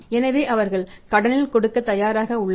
எனவே அவர்கள் கடனில் கொடுக்கத் தயாராக உள்ளனர்